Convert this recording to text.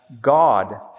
God